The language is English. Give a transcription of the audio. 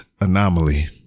Anomaly